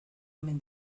omen